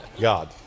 God